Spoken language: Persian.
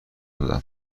دادم